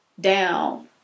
down